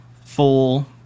full